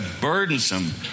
burdensome